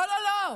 לא לא לא,